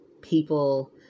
people